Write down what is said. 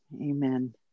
amen